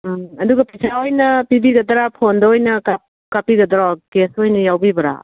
ꯑꯗꯨꯒ ꯄꯩꯁꯥ ꯑꯣꯏꯅ ꯄꯤꯕꯤꯒꯗ꯭ꯔꯥ ꯐꯣꯟꯗ ꯑꯣꯏꯅ ꯀꯥꯞꯄꯤꯒꯗ꯭ꯔꯣ ꯀꯦꯁꯇ ꯑꯣꯏꯅ ꯌꯥꯎꯕꯤꯕ꯭ꯔꯥ